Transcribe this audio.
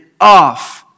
off